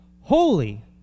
Holy